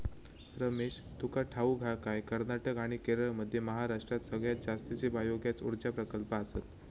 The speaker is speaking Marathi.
रमेश, तुका ठाऊक हा काय, कर्नाटक आणि केरळमध्ये महाराष्ट्रात सगळ्यात जास्तीचे बायोगॅस ऊर्जा प्रकल्प आसत